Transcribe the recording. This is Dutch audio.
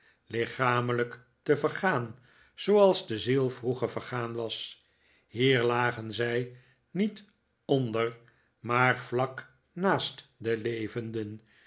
lichamelijk te vergaan zooals de ziel vroeger vergaan was hier lagen zij niet onder maar vlak naast de levenden